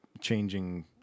changing